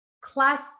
class